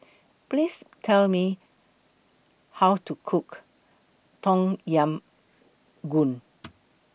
Please Tell Me How to Cook Tom Yam Goong